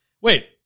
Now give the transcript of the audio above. wait